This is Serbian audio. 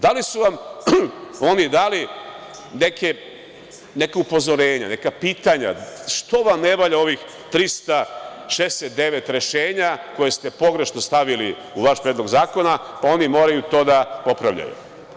Da li su vam oni dali neko upozorenje, neka pitanja što vam ne valja ovih 369 rešenja koje ste pogrešno stavili u vaš predlog zakona, pa oni moraju to da popravljaju?